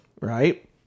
right